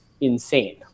insane